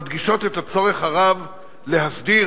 מדגישות את הצורך הרב להסדיר,